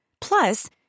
Plus